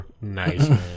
Nice